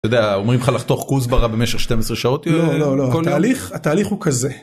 אומרים לך לחתוך כוסברה במשך 12 שעות, לא לא לא. התהליך, התהליך הוא כזה.